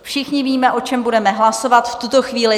Všichni víme, o čem budeme hlasovat v tuto chvíli.